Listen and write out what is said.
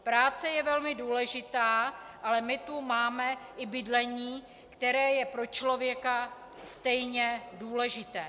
Práce je velmi důležitá, ale my tu máme i bydlení, které je pro člověka stejně důležité.